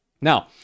Now